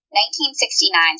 1969